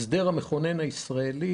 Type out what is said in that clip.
ההסדר המכונן הישראלי,